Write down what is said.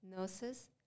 nurses